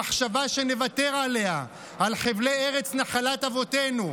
המחשבה שנוותר עליה, על חבלי ארץ נחלת אבותינו,